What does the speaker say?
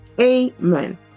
Amen